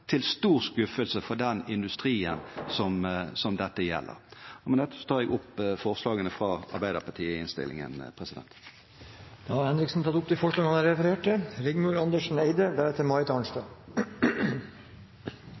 til stor skuffelse for den industrien som dette gjelder. Med dette tar jeg opp forslagene i innstillingene, forslag som Arbeiderpartiet har sammen med andre partier. Representanten Per Rune Henriksen har tatt opp de forslagene han refererte til.